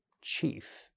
chief